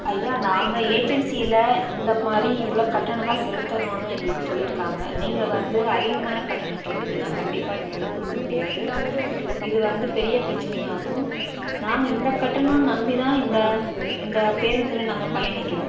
ஐயா நாங்கள் ஏஜென்சியில் இந்தமாதிரி இவ்வளோ கட்டணம் தான் செலுத்தணும்னு எங்களுக்கு சொல்லியிருக்காங்க நீங்கள் வந்து அதிகமான கட்டணம் கேட்டிங்கனா கண்டிப்பாக எங்களால் கொடுக்க முடியாது இது வந்து பெரிய பிரச்சனையாக ஆகும் நாங்கள் இந்த கட்டணோம்னு நம்பி தான் இந்த இந்த பேருந்தில் நாங்கள் பயணிக்கிறோம்